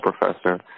Professor